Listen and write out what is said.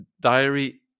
diary